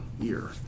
year